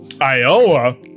iowa